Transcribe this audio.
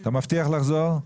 אתה מבטיח לחזור?